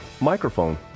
microphone